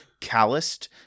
calloused